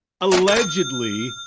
allegedly